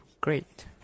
great